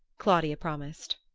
claudia promised.